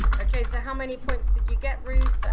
okay, so how many points did you get ruth? ah